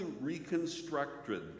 reconstructed